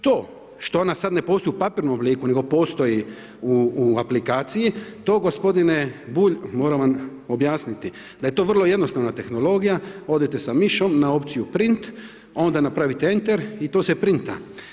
To što ona sad ne postoji u papirnom obliku, nego postoji u aplikaciji to gospodine Bulj, moram vam objasniti, da je to vrlo jednostavna tehnologija, odete sa mišom na opciju print, onda napravite enter i to se printa.